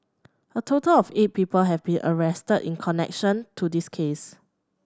a total of eight people have been arrested in connection to this case